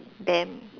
then